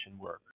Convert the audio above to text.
work